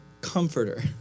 comforter